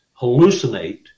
hallucinate